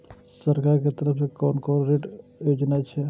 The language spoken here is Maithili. सरकार के तरफ से कोन कोन ऋण योजना छै?